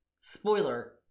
Spoiler